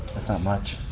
that's not much.